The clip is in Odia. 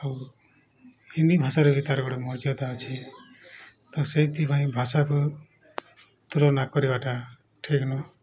ଆଉ ହିନ୍ଦୀ ଭାଷାରେ ବି ତାର ଗୋଟେ ମର୍ଯ୍ୟାଦା ଅଛି ତ ସେଇଥିପାଇଁ ଭାଷାକୁ ତୁଳନା କରିବାଟା ଠିକ୍ ନୁହଁ